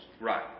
Right